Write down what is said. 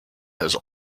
has